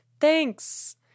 thanks